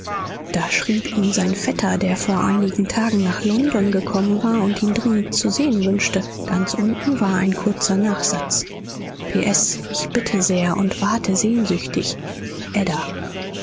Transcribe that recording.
da schrieb ihm sein vetter der vor einigen tagen nach london gekommen war und ihn dringend zu sehen wünschte ganz unten war ein kurzer nachsatz p s ich bitte sehr und warte sehnsüchtig ada